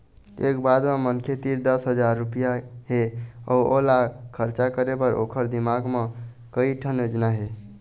ए बात म मनखे तीर दस हजार रूपिया हे अउ ओला खरचा करे बर ओखर दिमाक म कइ ठन योजना हे